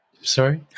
Sorry